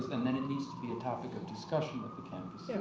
and then it needs to be a topic of discussion at the campus. yeah.